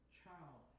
child